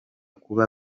kuba